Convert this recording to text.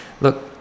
look